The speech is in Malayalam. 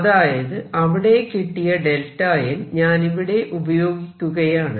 അതായത് അവിടെ കിട്ടിയ Δn ഞാനിവിടെ ഉപയോഗിക്കുകയാണ്